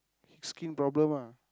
skin problem ah